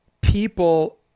people